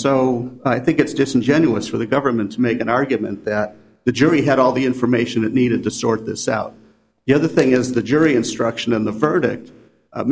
so i think it's disingenuous for the government to make an argument that the jury had all the information it needed to sort this out the other thing is the jury instruction in the verdict